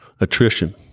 attrition